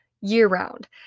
year-round